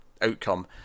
outcome